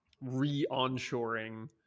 re-onshoring